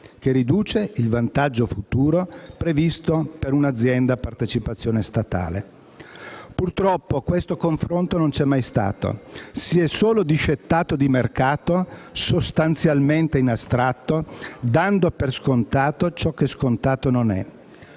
che riduce il vantaggio futuro previsto per un'azienda a partecipazione statale. Purtroppo questo confronto non c'è mai stato. Si è solo discettato di mercato, sostanzialmente in astratto, dando per scontato ciò che scontato non è.